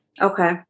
Okay